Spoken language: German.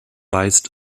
weist